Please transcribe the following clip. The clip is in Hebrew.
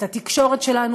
את התקשורת שלנו,